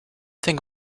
thing